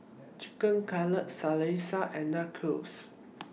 Chicken Cutlet Salsa and Nachos